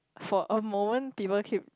for a moment Diva keep